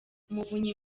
umuvunyi